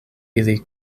ili